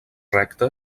recta